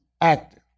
active